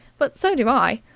but so do i.